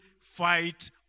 fight